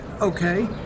okay